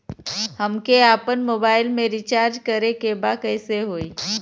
हमके आपन मोबाइल मे रिचार्ज करे के बा कैसे होई?